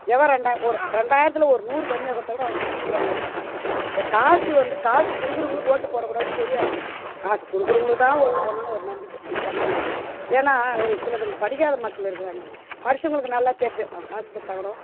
எவன் ரெண்டாயி ஒரு ரெண்டாயிரத்தில் ஒரு நூறு கம்மியாக கொடுத்தால் கூட அவனுக்கு பிந்திக்கிறாங்க ஓட்டை இப்போ காசு வந்து காசு கொடுக்கறவங்களுக்கு ஓட்டு போடக்கூடாதுன்னு தெரியாது காசு கொடுக்கறவங்களுக்கு தான் ஓட்டு போடணுன்னு ஒரு நம்பிக்கை ஜனதுங்களுக்கு ஏன்னா அதுங்க சிலதுங்க படிக்காத மக்கள் இருக்குறாங்க படித்தவங்களுக்கு நல்லா தெரியுது அவன் காசு கொடுத்தா கூட